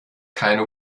keine